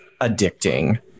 addicting